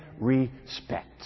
respect